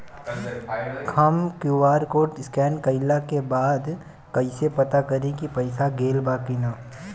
हम QR code scan कइला के बाद कइसे पता करि की पईसा गेल बा की न?